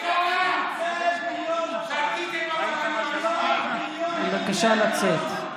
(חבר הכנסת מאיר פרוש יוצא מאולם המליאה) דרך אגב,